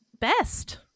best